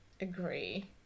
Agree